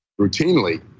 routinely